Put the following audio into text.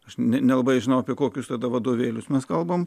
aš nelabai žinau apie kokius tada vadovėlius mes kalbame